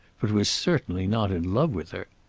but was certainly not in love with her.